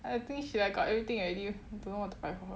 I think she like got everything already don't know what to buy for her